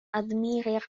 admirer